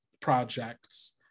projects